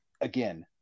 Again